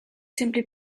simply